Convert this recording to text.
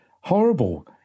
horrible